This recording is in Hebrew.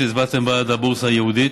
שהצבעתם בעד הבורסה הייעודית.